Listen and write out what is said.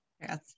Yes